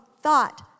thought